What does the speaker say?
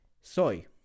soy